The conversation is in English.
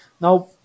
now